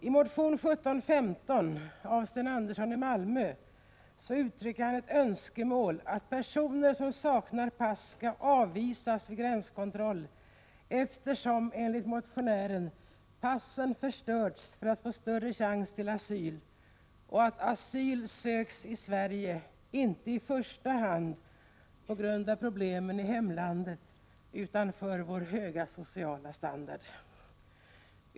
I motion 1715 av Sten Andersson i Malmö uttrycker motionären ett önskemål om att personer som saknar pass skall avvisas vid gränskontroll eftersom, enligt motionären, passen ofta förstörts för att ge större chans till asyl, och asyl söks i Sverige inte i första hand på grund av problemen i hemlandet utan på grund av vår höga sociala standard.